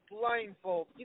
blindfold